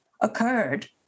occurred